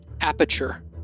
aperture